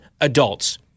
adults